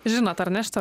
žinot ar ne šitą